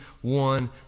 one